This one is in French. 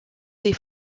des